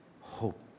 Hope